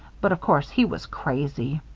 but of course he was crazy.